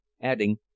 adding